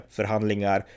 Förhandlingar